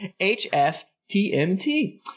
HFTMT